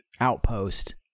outpost